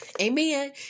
Amen